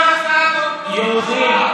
יהודים,